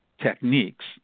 techniques